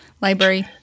library